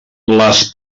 les